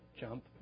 jump